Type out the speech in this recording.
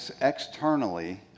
externally